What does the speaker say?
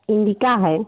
indica है